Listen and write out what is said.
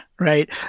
right